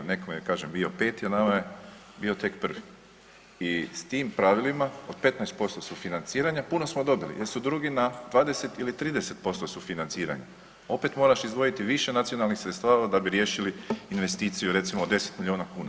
Nekome je kažem bio peti, a nama je bio tek prvi i s tim pravilima od 15% sufinanciranja puno smo dobili jer su drugi na 20 ili 30% sufinanciranja, opet moraš izdvojiti više nacionalnih sredstava da bi riješili investiciju recimo 10 milijuna kuna.